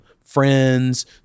friends